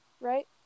Right